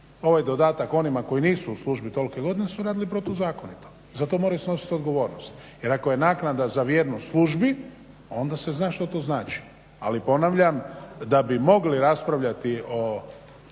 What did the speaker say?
ovaj dodatak onima koji nisu u službi tolike godine su radili protuzakonito. Zato moraju snositi odgovornost. Jer ako je naknada za vjernost službi onda se zna što to znači. Ali ponavljam, da bi mogli raspravljati o